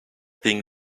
being